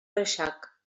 reixac